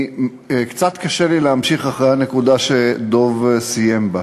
קצת קשה לי להמשיך אחרי הנקודה שדב סיים בה,